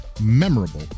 memorable